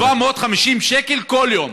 750 שקל כל יום.